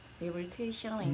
rehabilitation